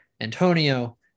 Antonio